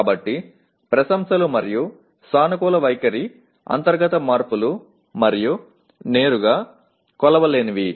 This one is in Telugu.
కాబట్టి ప్రశంసలు మరియు సానుకూల వైఖరి అంతర్గత మార్పులు మరియు నేరుగా కొలవలేనివి